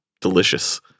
delicious